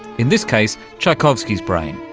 in this case tchaikovsky's brain,